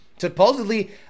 Supposedly